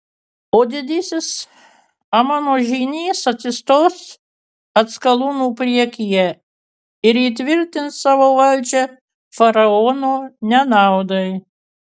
o didysis amono žynys atsistos atskalūnų priekyje ir įtvirtins savo valdžią faraono nenaudai